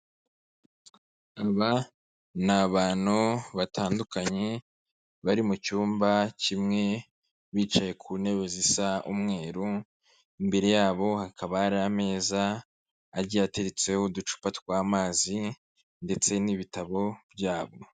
Aba ni abantu batandukanye bari mu cyumba kimwe, bicaye ku ntebe zisa umweru, imbere yabo hakaba hari ameza agiye agitetseho uducupa tw'amazi ndetse n'ibitabo byabo.